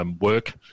work